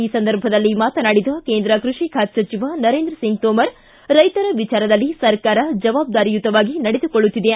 ಈ ಸಂದರ್ಭದಲ್ಲಿ ಮಾತನಾಡಿದ ಕೇಂದ್ರ ಕೃಷಿ ಖಾತೆ ಸಚಿವ ನರೇಂದ್ರ ಸಿಂಗ್ ತೋಮರ್ ರೈತರ ವಿಚಾರದಲ್ಲಿ ಸರ್ಕಾರ ಜವಾಬ್ದಾರಿಯುತವಾಗಿ ನಡೆದುಕೊಳ್ಳುತ್ತಿದೆ